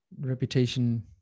reputation